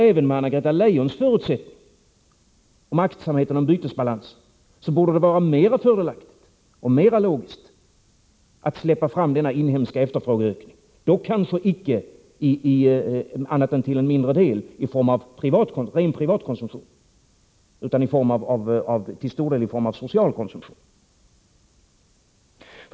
Även med Anna-Greta Leijons förutsättningar och aktsamhet om bytesbalansen borde det vara mera fördelaktigt och mera logiskt att släppa fram denna inhemska efterfrågeökning, dock kanske icke annat än till en mindre del i form av rent privat konsumtion utan till stor del i form av social konsumtion.